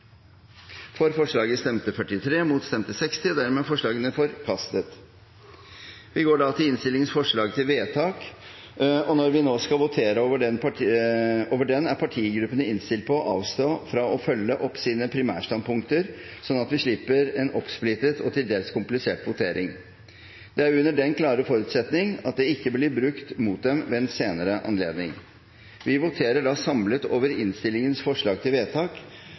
Venstreparti. Forslaget lyder: «I statsbudsjettet for 2015 gjøres følgende endring: Kap.PostFormålKroner1610Toll- og avgiftsetaten1Driftsutgifter, reduseres med1 200 000fra kr 1 542 392 000 til kr 1 541 192 000» Da går vi til innstillingens forslag til vedtak, og når vi nå skal votere over den, er partigruppene innstilt på å avstå fra å følge opp sine primærstandpunkter, sånn at vi slipper en oppsplittet og til dels komplisert votering. Det er under den klare forutsetning at det ikke blir brukt mot dem ved en senere anledning. Vi voterer da samlet over innstillingens forslag